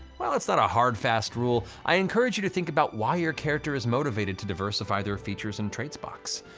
well, it's not a hard fast rule, i encourage you to think about why your character is motivated to diversify their features and traits box.